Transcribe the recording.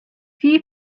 few